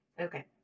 okay